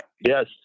yes